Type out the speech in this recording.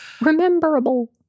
Rememberable